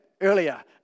earlier